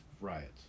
riots